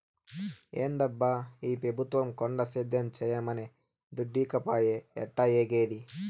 ఏందబ్బా ఈ పెబుత్వం కొండ సేద్యం చేయమనె దుడ్డీకపాయె ఎట్టాఏగేది